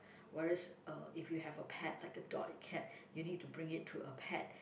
whereas uh if you have a pet like a dog or cat you need to bring it to a pet